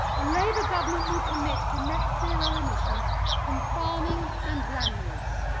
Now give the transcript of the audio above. a labour government will commit to net zero omissions from farming and land use.